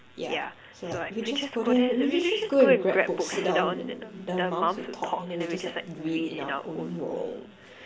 yeah so like we just go there we just go and grab books sit down and then the mums will talk and then we just like read in our own world